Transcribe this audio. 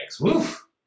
Woof